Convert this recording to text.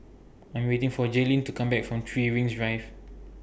I Am waiting For Jaylyn to Come Back from three Rings Drive